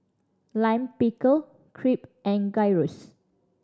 Lime Pickle Crepe and Gyros